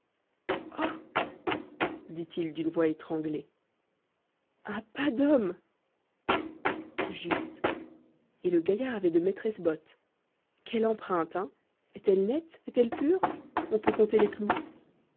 dit-il d'une voix étranglée un pas d'homme juste et le gaillard avait de maîtresses bottes quelle empreinte hein est-elle nette est-elle pure on peut compter les clous